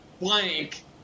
blank